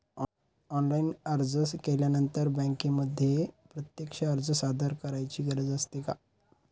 Online अर्ज केल्यानंतर बँकेमध्ये प्रत्यक्ष अर्ज सादर करायची गरज असते का?